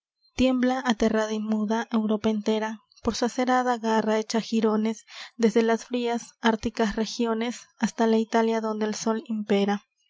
tiembla aterrada y muda europa entera por su acerada garra hecha girones desde las frias árticas regiones hasta la italia donde el sol impera